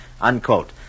Unquote